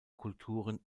kulturen